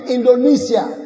Indonesia